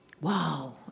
Wow